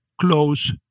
close